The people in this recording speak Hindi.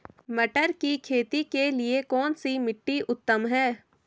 मटर की खेती के लिए कौन सी मिट्टी उत्तम है?